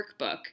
workbook